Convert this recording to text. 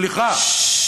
סליחה.